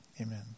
amen